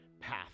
path